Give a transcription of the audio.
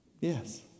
Yes